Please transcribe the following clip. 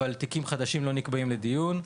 אבל תיקים חדשים לא נקבעים לדיון.